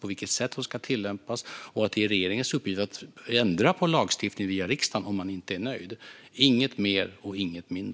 på vilket sätt de ska tillämpas och för att det är regeringens uppgift att ändra på en lagstiftning via riksdagen om man inte är nöjd - inget mer, och inget mindre.